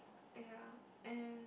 ya and